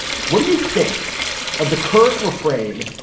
what do you think of the current refrain?